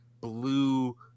blue